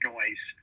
Noise